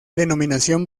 denominación